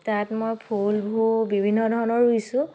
তাত মই ফুলবোৰ বিভিন্ন ধৰণৰ ৰুইছোঁ